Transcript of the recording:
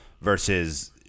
versus